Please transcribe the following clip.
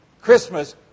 Christmas